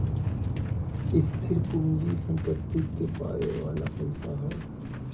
स्थिर पूँजी सम्पत्ति के पावे वाला पइसा हौ